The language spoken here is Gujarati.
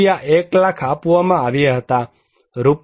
1 લાખ આપવામાં આવ્યા હતા રૂ